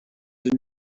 une